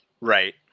Right